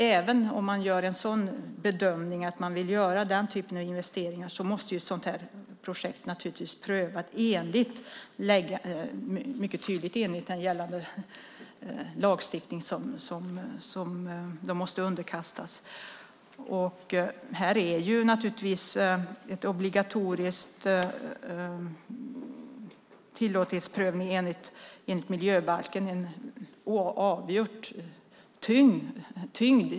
Även om man gör en sådan bedömning att man vill göra den typen av investeringar måste ett sådant här projekt naturligtvis prövas mycket tydligt enligt gällande lagstiftning. Här har naturligtvis en obligatorisk tillåtlighetsprövning enligt miljöbalken en avgjord tyngd.